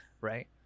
Right